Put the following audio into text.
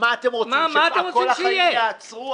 אתם רוצים שכל החיים ייעצרו?